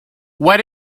what